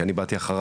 כי אני באתי אחריו.